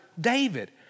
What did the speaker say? David